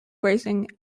grazing